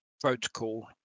protocol